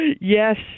Yes